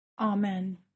Amen